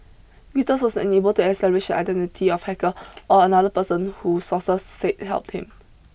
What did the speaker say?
Reuters was unable to establish the identity of the hacker or another person who sources said helped him